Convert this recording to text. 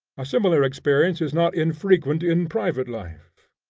a similar experience is not infrequent in private life.